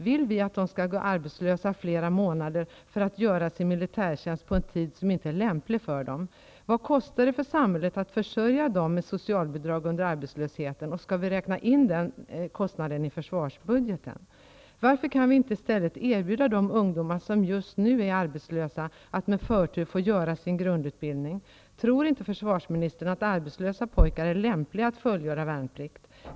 Vill vi att de skall gå arbetslösa flera månader för att göra sin militärtjänst på en tid som inte är lämplig för dem? Vad kostar det samhället att försörja pojkarna med socialbidrag under arbetslösheten, och skall vi räkna in den kostnaden i försvarsbudgeten? Varför kan vi i i stället inte erbjuda de ungdomar som just nu är arbetslösa att med förtur få göra sin grundutbildning? Tror inte försvarsministern att arbetslösa pojkar är lämpliga att fullgöra värnplikt?